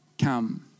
come